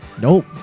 nope